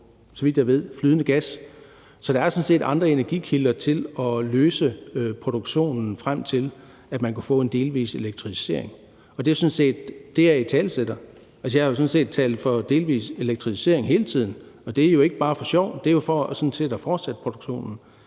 Så der er sådan set andre energikilder til at sikre produktionen, frem til at man kunne få en delvis elektrificering, og det er sådan set det, jeg italesætter. Altså, jeg har sådan set talt for en delvis elektrificering hele tiden, og det er jo ikke bare for sjov; det er jo sådan set for at fortsætte produktionen.